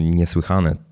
niesłychane